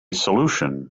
solution